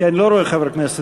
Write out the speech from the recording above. כי אני לא רואה חבר כנסת,